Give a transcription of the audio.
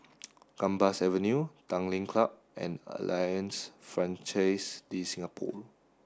Gambas Avenue Tanglin Club and Alliance Francaise De Singapour